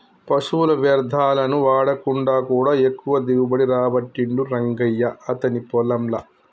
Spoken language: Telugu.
పశువుల వ్యర్ధాలను వాడకుండా కూడా ఎక్కువ దిగుబడి రాబట్టిండు రంగయ్య అతని పొలం ల